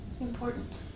important